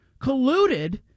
colluded